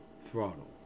throttle